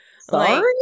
Sorry